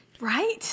Right